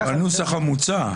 זה הנוסח המוצע.